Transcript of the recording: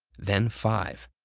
then five.